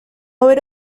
haber